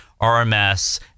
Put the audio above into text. RMS